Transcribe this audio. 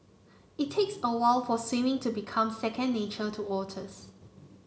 it takes a while for swimming to become second nature to otters